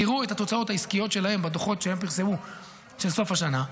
תראו את התוצאות העסקיות שלהן בדוחות שהן פרסמו בסוף השנה.